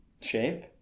shape